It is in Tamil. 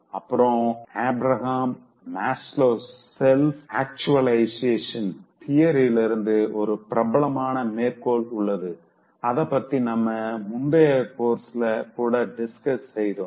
அப்ரஹம் மஸ்லோவின் செல்ப் ஆக்ச்சுவலைஷேஷன் தியரியிலிருந்து ஒரு பிரபலமான மேற்கோள் உள்ளது அத பத்தி நம்ம முந்தைய கோர்ஸ்ல கூட டிஸ்கஸ் செய்தோம்